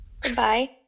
Goodbye